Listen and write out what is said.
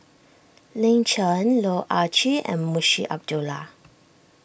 Lin Chen Loh Ah Chee and Munshi Abdullah